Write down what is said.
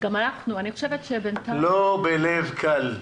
לא בלב קל.